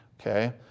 Okay